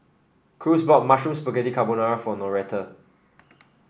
Cruz bought Mushroom Spaghetti Carbonara for Noretta